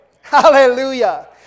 Hallelujah